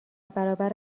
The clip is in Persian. برابر